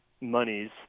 monies